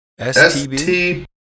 STB